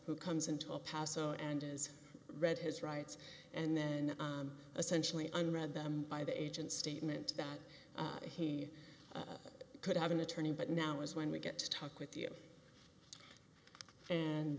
who comes into a paso and is read his rights and then essentially an read them by the agents statement that he could have an attorney but now is when we get to talk with you and